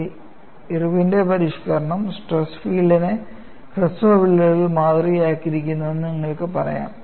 ഇർവിന്റെ പരിഷ്ക്കരണം സ്ട്രെസ് ഫീൽഡിനെ ഹ്രസ്വ വിള്ളലുകളിൽ മാതൃകയാക്കുന്നുവെന്ന് നിങ്ങൾക്ക് പറയാം